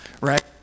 right